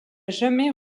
jamais